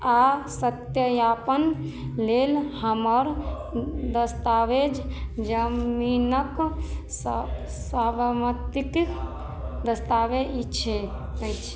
आओर सत्यापन लेल हमर दस्तावेज जमीनक स स्वावतिक दस्तावेज ई छै